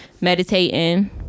meditating